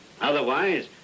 Otherwise